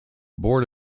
board